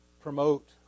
promote